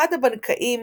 אחד הבנקאים